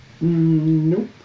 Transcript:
Nope